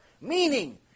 Meaning